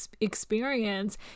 experience